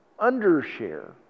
undershare